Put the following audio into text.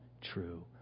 true